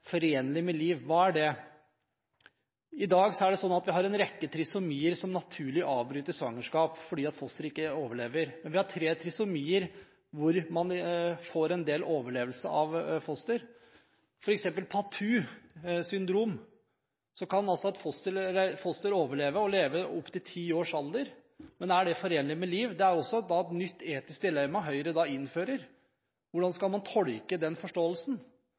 Forenlig med liv – hva er det? I dag har vi en rekke trisomier som naturlig avbryter svangerskap fordi fosteret ikke overlever. Vi har tre trisomier hvor man får en del overlevelse av fostre. Med f.eks. Pataus syndrom kan et foster overleve og leve opp til tiårsalderen. Er det forenlig med liv? Det er et nytt etisk dilemma Høyre da innfører. Hvordan skal man tolke den forståelsen?